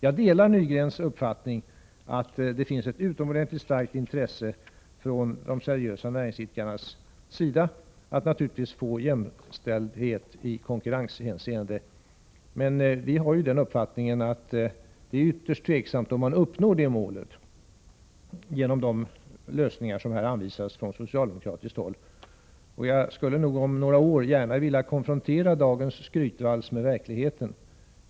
Jag delar Arne Nygrens uppfattning att det finns ett utomordentligt stort intresse från de seriösa näringsidkarnas sida att få till stånd jämställdhet i konkurrenshänseende. Men vi har den uppfattningen att det är ytterst tveksamt om man uppnår det målet genom de lösningar som här anvisas från socialdemokratiskt håll. Om några år skulle jag nog gärna vilja konfrontera dagens skrytvals med verkligheten.